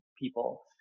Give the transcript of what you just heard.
people